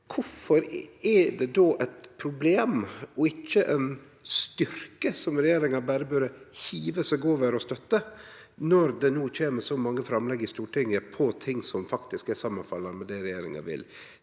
Kvifor er det då eit problem og ikkje ein styrke som regjeringa berre burde hive seg over og støtte, når det no kjem mange framlegg i Stortinget om ting som faktisk er samanfallande med det regjeringa vil?